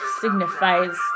signifies